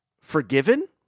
Forgiven